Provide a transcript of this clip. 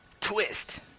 twist